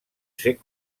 ser